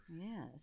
Yes